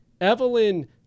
Evelyn